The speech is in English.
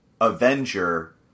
Avenger